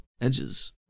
edges